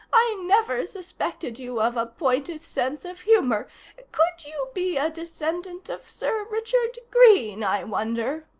i never suspected you of a pointed sense of humor could you be a descendant of sir richard greene, i wonder?